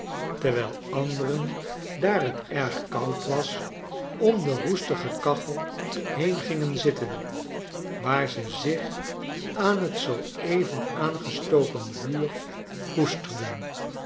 terwijl anderen daar t erg koud was om de roestige kachel heen gingen zitten waar ze zich aan t zoo even aangestoken vuur